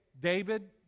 David